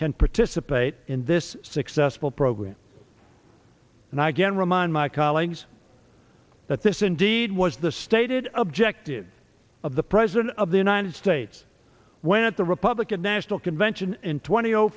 can participate in this successful program and i again remind my colleagues that this indeed was the stated objective of the president of the united states when at the republican national convention in twenty